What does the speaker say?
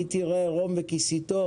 כי תראה ערם וכסיתו